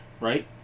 right